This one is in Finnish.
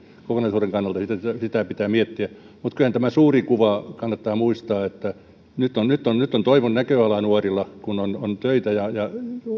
kokonaisuuden kannalta sitä pitää miettiä mutta kyllähän tämä suuri kuva kannattaa muistaa että nyt on nyt on toivon näköala nuorilla kun on töitä ja ja